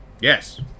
Yes